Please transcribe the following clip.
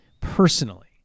personally